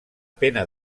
pena